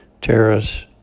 Terrace